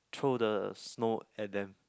throw the snow at them